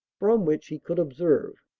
from which he could observe.